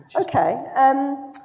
Okay